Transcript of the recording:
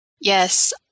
Yes